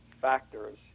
factors